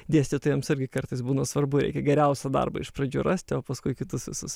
dėstytojams irgi kartais būna svarbu reikia geriausią darbą iš pradžių rasti o paskui kitus visus